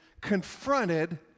confronted